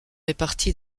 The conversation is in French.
répartis